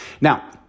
Now